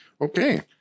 Okay